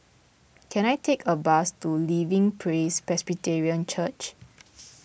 can I take a bus to Living Praise Presbyterian Church